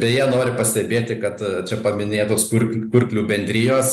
beje noriu pastebėti kad čia paminėtos kurkl kurklių bendrijos